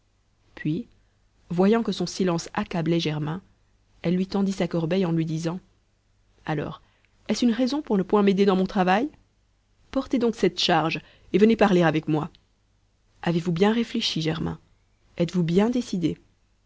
puis voyant que son silence accablait germain elle lui tendit sa corbeille en lui disant alors est-ce une raison pour ne point m'aider dans mon travail portez donc cette charge et venez parler avec moi avez-vous bien réfléchi germain êtes-vous bien décidé